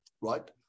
Right